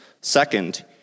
Second